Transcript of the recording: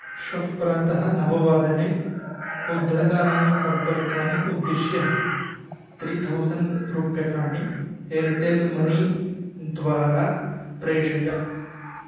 श्वः प्रातः नववादने उद्धृतानां सम्पर्कान् उद्दिश्य त्रि थौसण्ड् रूप्यकाणि एर्टेल् मनीद्वारा प्रेषय